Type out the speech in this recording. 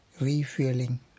refueling